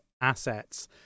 assets